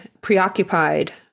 preoccupied